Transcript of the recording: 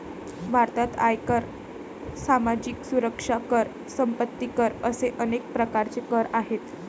भारतात आयकर, सामाजिक सुरक्षा कर, संपत्ती कर असे अनेक प्रकारचे कर आहेत